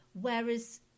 whereas